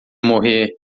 morrer